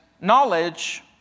knowledge